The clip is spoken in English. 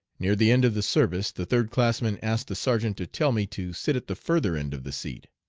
near the end of the service the third classman asked the sergeant to tell me to sit at the further end of the seat.